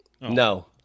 No